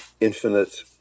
infinite